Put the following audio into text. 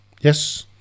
Yes